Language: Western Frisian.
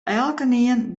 elkenien